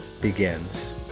begins